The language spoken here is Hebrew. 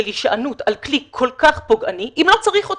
של הישענות על כלי כל כך פוגעני אם לא צריך אותו,